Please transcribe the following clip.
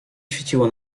świeciło